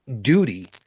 duty